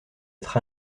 être